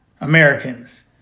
Americans